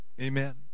Amen